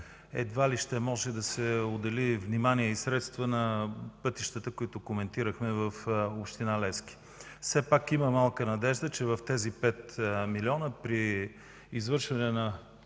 едва ли ще може да се отделят внимание и средства на пътищата, които коментирахме в община Левски. Все пак има малка надежда, че в тези 5 милиона, съответно при извършване на